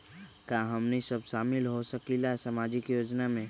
का हमनी साब शामिल होसकीला सामाजिक योजना मे?